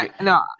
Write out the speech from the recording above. no